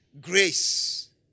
grace